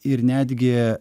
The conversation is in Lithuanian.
ir netgi